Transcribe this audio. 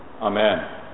Amen